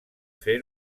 fer